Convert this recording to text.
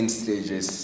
stages